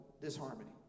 disharmony